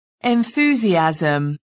enthusiasm